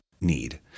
need